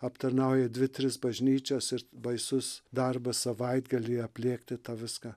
aptarnauja dvi tris bažnyčias ir baisus darbas savaitgalį aplėkti tą viską